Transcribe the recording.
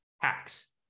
hacks